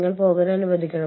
നിങ്ങൾക്ക് നയങ്ങൾ ഉണ്ടാകും